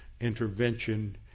intervention